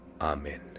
amen